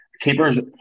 keepers